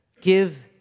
Give